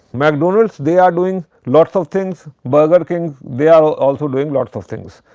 mcdonalds they are doing lots of things. burger king they are also doing lots of things.